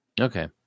Okay